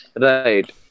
Right